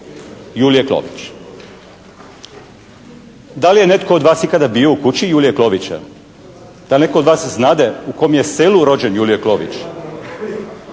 Julije Klović. Da li je netko od vas ikada bio u kući Julije Klovića? Da li netko od vas znate u kom je selu rođen Julije Klović?